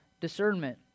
discernment